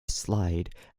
slide